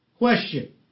Question